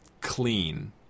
clean